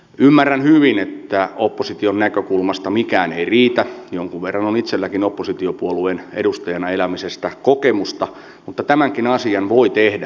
ymmärrän hyvin että opposition näkökulmasta mikään ei riitä jonkun verran on itselläkin oppositiopuolueen edustajana elämisestä kokemusta mutta tämänkin asian voi tehdä niin monella tavalla